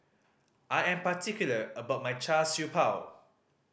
I am particular about my Char Siew Bao